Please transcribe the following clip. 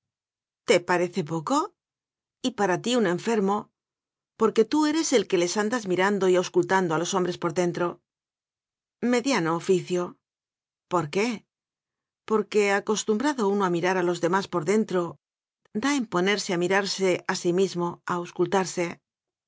te parece poco y para ti un enfermo porque tú eres el que les andas mirando y auscultando a los hombres por dentro mediano oficio por qué porque acostumbrado uno a mirar a los demás por dentro da en ponerse a mirarse a sí mismo a auscultarse